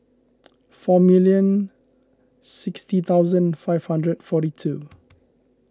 four million sixty thousand five hundred forty two